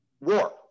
war